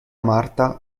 marta